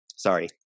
Sorry